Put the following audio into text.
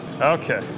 Okay